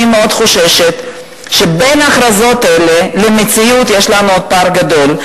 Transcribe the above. אני מאוד חוששת שבין ההכרזות האלה למציאות יש לנו עוד פער גדול.